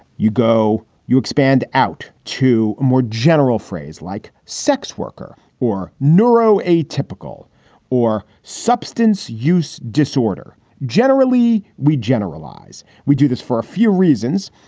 you go. you expand out to a more general phrase like sex worker or neuro, a typical or substance use disorder. generally, we generalize. we do this for a few reasons.